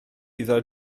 iddo